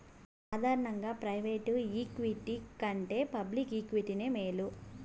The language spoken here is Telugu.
సాదారనంగా ప్రైవేటు ఈక్విటి కంటే పబ్లిక్ ఈక్విటీనే మేలు